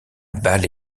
balle